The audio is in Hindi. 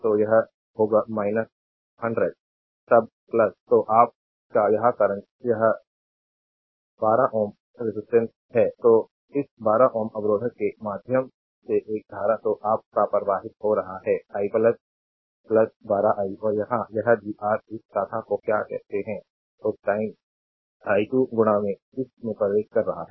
तो यह होगा 100 तब तो आप का यह करंट यह 12 that रेजिस्टेंस है कि इस 12 ओम अवरोधक के माध्यम से एक धारा तो आप का प्रवाहित हो रहा है I 12 i और यहाँ यह भी आर इस शाखा को क्या कहते हैं उस टाइम i2 इस में प्रवेश कर रहा है